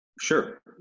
Sure